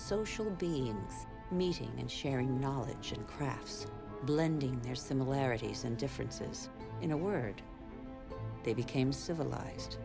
social beings meeting and sharing knowledge and crafts blending their similarities and differences in a word they became civilized